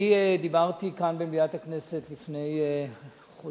אני דיברתי כאן במליאת הכנסת לפני חודשיים,